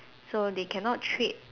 so they cannot trade